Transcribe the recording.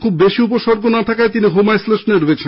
খুব বেশি উপসর্গ না থাকায় তিনি হোম আইসোলেশনে রয়েছেন